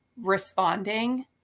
responding